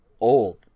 old